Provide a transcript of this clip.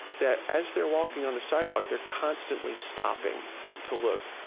that, as they're walking on the sidewalk, they're constantly stopping to look.